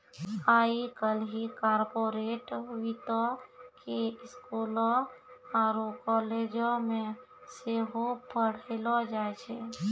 आइ काल्हि कार्पोरेट वित्तो के स्कूलो आरु कालेजो मे सेहो पढ़ैलो जाय छै